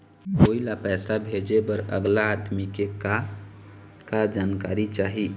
कोई ला पैसा भेजे बर अगला आदमी के का का जानकारी चाही?